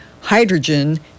hydrogen